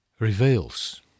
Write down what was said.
Reveals